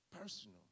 personal